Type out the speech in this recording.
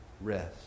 rest